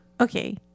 okay